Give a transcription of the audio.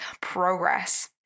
progress